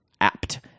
Apt